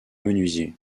menuisier